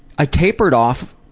i tapered off,